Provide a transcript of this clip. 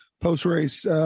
post-race